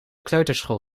kleuterschool